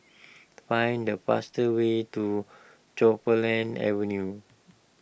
find the fastest way to Avenue